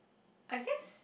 I guess